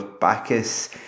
Bacchus